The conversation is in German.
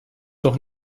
doch